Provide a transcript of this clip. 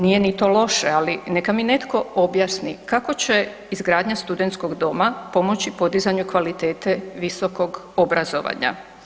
Nije ni to loše ali neka mi netko objasni kako će izgradnja studentskog doma pomoći podizanju kvalitete visokog obrazovanja?